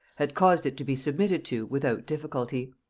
had caused it to be submitted to without difficulty.